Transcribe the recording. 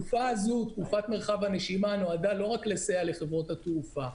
תקופת מרחב הנשימה נועדה לא רק לסייע לחברות התעופה,